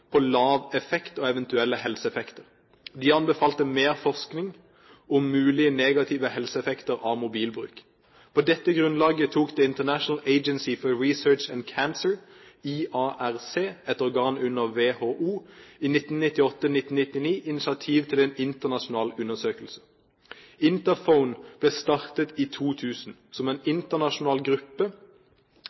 på lav effekt og eventuelle helseeffekter. De anbefalte mer forskning om mulige, negative helseeffekter av mobilbruk. På dette grunnlaget tok The International Agency for Research on Cancer, IARC, et organ under WHO, i 1998–1999 initiativ til en internasjonal undersøkelse. Interphone ble startet i 2000 som en internasjonal gruppe